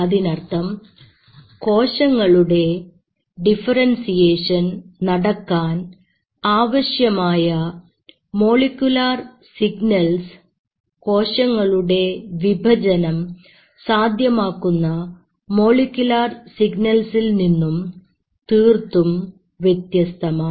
അതിനർത്ഥം കോശങ്ങളുടെ ഡിഫറെൻസിയേഷൻ നടക്കാൻ ആവശ്യമായ മോളിക്കുലാർ സിഗ്നൽസ് കോശങ്ങളുടെ വിഭജനം സാധ്യമാക്കുന്ന മോളിക്കുലാർ സിഗ്നൽസിൽ നിന്നും തീർത്തും വ്യത്യസ്തമാണ്